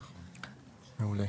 מעולה.